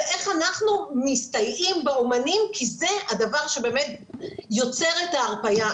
ואיך אנחנו מסתייעים באמנים כי זה הדבר שבאמת יוצר את ההרפיה.